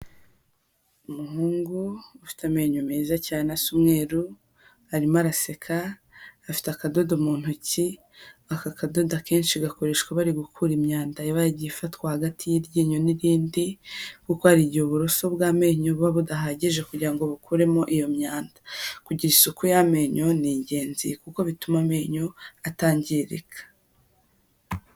Umuhungu ufite amenyo meza cyane, asa umweru, arimo araseka, afite akadodo mu ntoki, aka kadoda akenshi gakoreshwa bari gukura imyanda iba yaragiye ifatwa hagati y'iryinyo n'irindi, kuko hari igihe uburoso bw'amenyo buba budahagije kugira ngo bukuremo iyo myanda. Kugira isuku y'amenyo ni ingenzi kuko bituma amenyo atangirika.